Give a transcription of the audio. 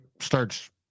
starts –